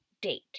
date